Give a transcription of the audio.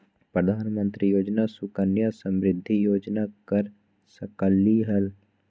प्रधानमंत्री योजना सुकन्या समृद्धि योजना कर सकलीहल?